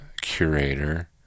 curator